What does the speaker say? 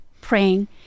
praying